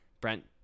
Brent